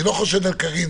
אני לא חושד בקארין